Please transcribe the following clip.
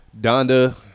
Donda